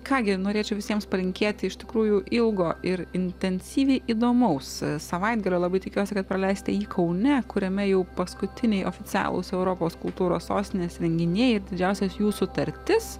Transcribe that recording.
ką gi norėčiau visiems palinkėti iš tikrųjų ilgo ir intensyviai įdomaus savaitgalio labai tikiuosi kad praleisite jį kaune kuriame jau paskutiniai oficialūs europos kultūros sostinės renginiai ie didžiausias jų sutartis